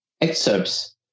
excerpts